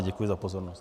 Děkuji za pozornost.